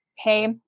okay